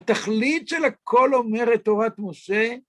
התכלית של הכל אומרת, תורת משה,